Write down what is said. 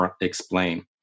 explain